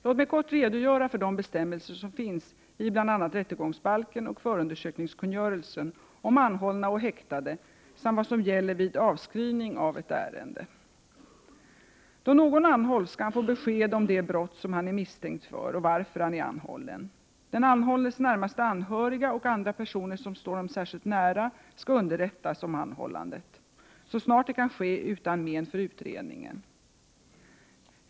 Låt mig kort redogöra för de bestämmelser som finns i bl.a. rättegångsbalken och förundersökningskungörelsen om anhållna och häktade samt vad som gäller vid avskrivning av ett ärende. Då någon anhålls skall han få besked om det brott som han är misstänkt för och varför han är anhållen. Den anhållnes närmaste anhöriga och andra personer som står honom särskilt nära skall underrättas om anhållandet, så snart det kan ske utan men för utredningen.